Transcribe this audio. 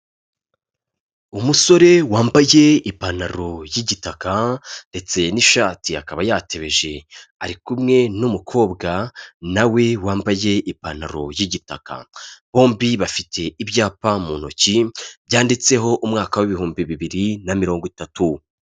Umusore wambaye ipantaro y'igitaka ndetse n'ishati, akaba yatebeje, ari kumwe n'umukobwa na we wambaye ipantaro y'igitaka, bombi bafite ibyapa mu ntoki byanditseho umwaka w'ibihumbi bibiri na mirongo itatu.